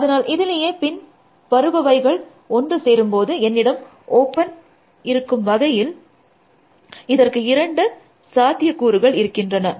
அதனால் இதிலேயே பின் வருபவவைகள் ஒன்று சேரும்போது என்னிடம் ஓப்பன் இருக்கும் வகையில் இதற்கு இரண்டு சாத்தியக்கூறுகள் இருக்கின்றன